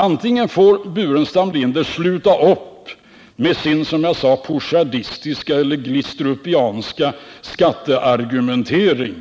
Antingen får herr Burenstam Linder sluta upp med sin, som jag sade, poujadistiska eller glistrupianska skatteargumentering,